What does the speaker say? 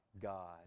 God